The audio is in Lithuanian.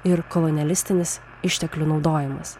ir kolonialistinis išteklių naudojimas